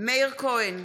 מאיר כהן,